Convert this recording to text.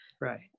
Right